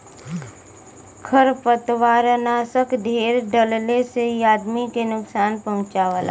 खरपतवारनाशक ढेर डलले से इ आदमी के नुकसान पहुँचावला